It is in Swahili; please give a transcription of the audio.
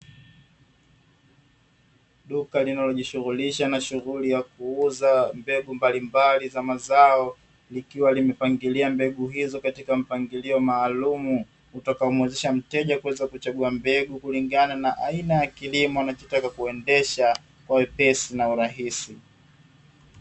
Duka linalojishughulisha na shughuli ya kuuza mbegu mbalimbali za mazao, likiwa limepangilia mbegu hizo katika mpangilio maalumu, utakaomwezesha mteja kuweza kuchagua mbegu kulingana na aina ya kilimo wanachotaka kuendesha, kwa wepesi na urahisi